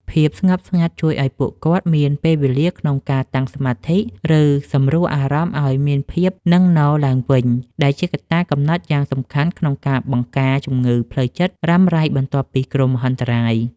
ភាពស្ងប់ស្ងាត់ជួយឱ្យពួកគាត់មានពេលវេលាក្នុងការតាំងសមាធិ ឬសម្រួលអារម្មណ៍ឱ្យមានភាពនឹងនរឡើងវិញ ដែលជាកត្តាកំណត់យ៉ាងសំខាន់ក្នុងការបង្ការជំងឺផ្លូវចិត្តរ៉ាំរ៉ៃបន្ទាប់ពីគ្រោះមហន្តរាយ។